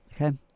Okay